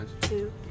two